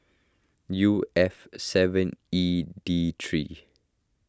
U F seven E D three